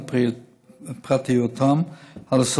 על פרטיותם,